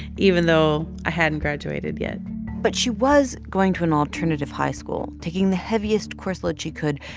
even though i hadn't graduated yet but she was going to an alternative high school, taking the heaviest course load she could,